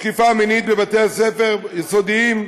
תקיפה מינית בבתי-ספר יסודיים,